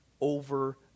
over